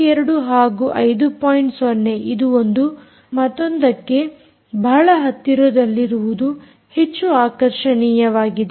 0 ಇದು ಒಂದು ಮತ್ತೊಂದಕ್ಕೆ ಬಹಳ ಹತ್ತಿರದಲ್ಲಿರುವುದು ಹೆಚ್ಚು ಆಕರ್ಷಣೀಯವಾಗಿದೆ